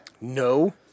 No